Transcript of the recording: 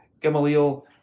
Gamaliel